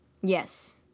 Yes